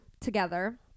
together